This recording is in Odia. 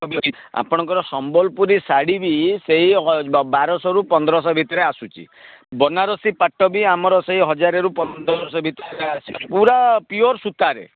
ବି ଅଛି ଆପଣଙ୍କର ସମ୍ବଲପୁରୀ ଶାଢ଼ୀ ବି ସେଇ ବାର ଶହରୁ ପନ୍ଦର ଶହ ଭିତରେ ଆସୁଛି ବନାରସୀ ପାଟ ବି ଆମର ସେଇ ହଜାରରୁ ପନ୍ଦର ଶହ ଭିତରେ ଆସୁଛି ପୁରା ପିଓର ସୂତାରେ